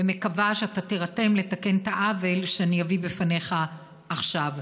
ומקווה שאתה תירתם לתקן את העוול שאני אביא בפניך עכשיו.